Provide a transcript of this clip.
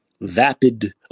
vapid